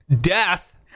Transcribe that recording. death